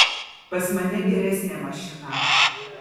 pas mane geresnė mašina